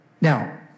Now